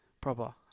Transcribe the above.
proper